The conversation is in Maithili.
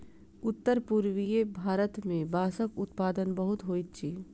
उत्तर पूर्वीय भारत मे बांसक उत्पादन बहुत होइत अछि